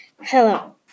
Hello